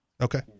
Okay